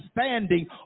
standing